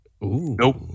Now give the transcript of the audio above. Nope